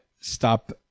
stop